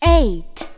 eight